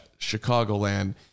Chicagoland